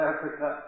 Africa